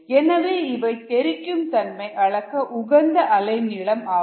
எனவே இவை தெறிக்கும் தன்மை அளக்க உகந்த அலைநீளம் ஆகும்